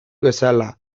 bezala